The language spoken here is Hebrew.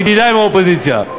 ידידי מהאופוזיציה.